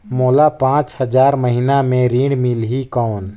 मोला पांच हजार महीना पे ऋण मिलही कौन?